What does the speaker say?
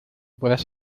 puedas